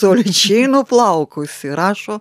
tolydžiai nuplaukusi rašo